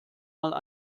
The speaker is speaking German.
einmal